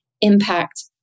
impact